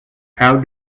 how